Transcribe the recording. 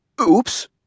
Oops